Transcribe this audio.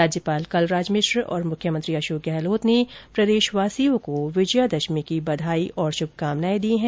राज्यपाल कलराज मिश्र और मुख्यमंत्री अशोक गहलोत ने प्रदेशवासियों को विजयादशमी की बधाई और शुभकामनाए दी हैं